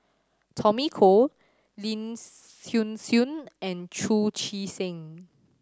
Tommy Koh Lin Hsin Hsin and Chu Chee Seng